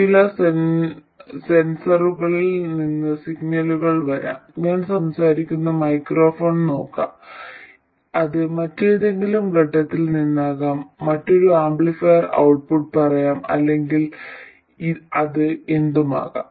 ചില സെൻസറുകളിൽ നിന്ന് സിഗ്നലുകൾ വരാം ഞാൻ സംസാരിക്കുന്ന മൈക്രോഫോൺ നോക്കാം അത് മറ്റേതെങ്കിലും ഘട്ടത്തിൽ നിന്നാകാം മറ്റൊരു ആംപ്ലിഫയർ ഔട്ട്പുട്ട് പറയാം അല്ലെങ്കിൽ അത് എന്തുമാകാം